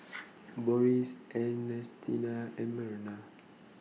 Boris Ernestina and Merina